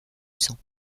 sang